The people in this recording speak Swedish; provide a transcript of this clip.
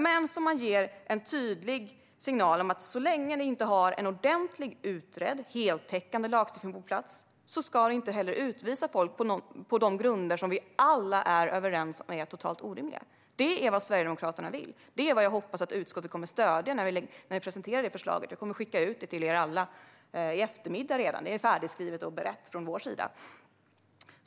Men man bör ge en tydlig signal om att så länge det inte finns en ordentlig, utredd och heltäckande lagstiftning på plats ska folk inte heller utvisas på de grunder som vi alla är överens om är totalt orimliga. Det är vad Sverigedemokraterna vill. Och jag hoppas att utskottet kommer att stödja det förslaget när vi presenterar det. Jag kommer att skicka ut det till alla i utskottet redan i eftermiddag. Det är färdigskrivet och berett från vår sida.